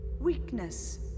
Weakness